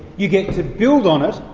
you get to build on it,